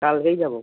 কালকেই যাবো